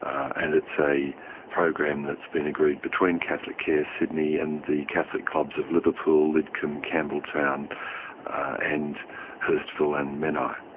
and it's a program that's been agreed between catholic care sydney and the catholic clubs of liverpool, lidcombe, campbelltown and hurstville and menai.